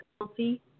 healthy